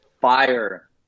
Fire